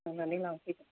नायनानै लांफैदो